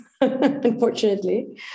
unfortunately